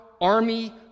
army